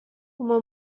uma